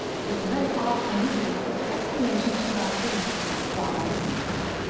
it was a very odd coincidence that the explanation should thus present itself while i was seeking it.